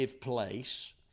place